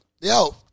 Yo-